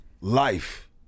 life